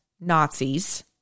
Nazis